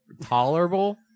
tolerable